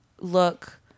look